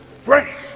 fresh